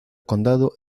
condado